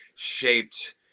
shaped